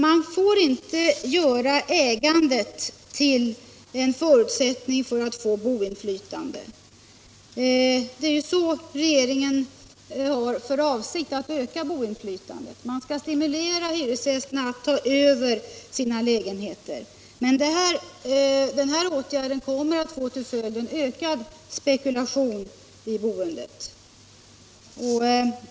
Man får inte göra ägandet till en förutsättning för att få boinflytande, men det är ju så regeringen har för avsikt att göra för att öka boinflytandet, nämligen genom att stimulera hyresgästerna att ta över sina lägenheter. Men en sådan åtgärd kommer att få till följd en ökad spekulation i boendet.